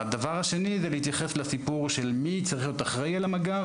השני: אני רוצה להתייחס לשאלה מי צריך להיות אחראי על המג״ר?